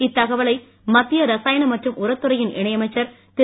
இத்தகவலை மத்திய ரசாயன மற்றும் உரத்துறையின் இணையமைச்சர் திரு